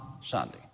Sunday